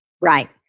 Right